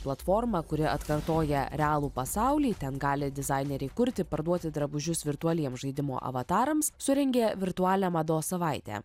platforma kuri atkartoja realų pasaulį ten gali dizaineriai kurti parduoti drabužius virtualiem žaidimo avatarams surengė virtualią mados savaitę